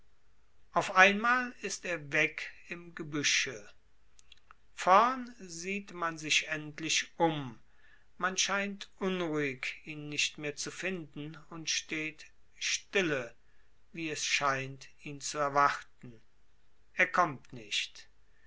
auf einmal ist er weg im gebüsche vorn sieht man sich endlich um man scheint unruhig ihn nicht mehr zu finden und steht stille wie es scheint ihn zu erwarten er kommt nicht